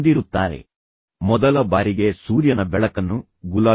ಮಗುವನ್ನು ಪ್ರವಾಸಕ್ಕೆ ಕರೆದೊಯ್ಯುವಂತಹ ಸಮಸ್ಯೆಯ ಮೇಲೆ ಗಮನ ಕೇಂದ್ರೀಕರಿಸಿ